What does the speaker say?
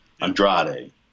Andrade